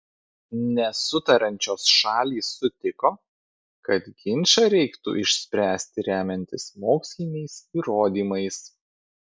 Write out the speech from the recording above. nesutariančios šalys sutiko kad ginčą reiktų išspręsti remiantis moksliniais įrodymais